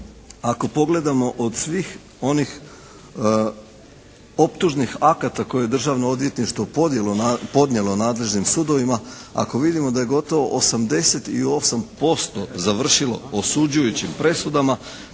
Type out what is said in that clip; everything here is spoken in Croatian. ako pogledamo od svih onih optužnih akata koje je državno odvjetništvo podnijelo nadležnim sudovima, ako vidimo da je gotovo 88% završilo osuđujućim presudama